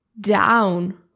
down